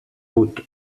put